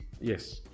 yes